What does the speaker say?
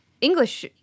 English